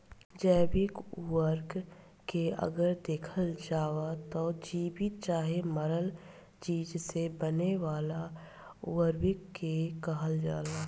जैविक उर्वरक के अगर देखल जाव त जीवित चाहे मरल चीज से बने वाला उर्वरक के कहल जाला